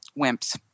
wimps